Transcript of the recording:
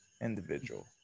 individual